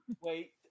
Wait